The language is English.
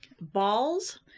balls